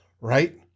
right